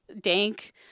dank